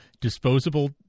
disposable